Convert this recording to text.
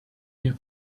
new